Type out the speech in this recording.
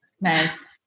Nice